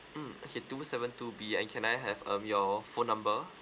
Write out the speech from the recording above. mm okay two seven two B and can I have um your phone number